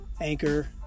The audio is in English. anchor